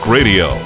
Radio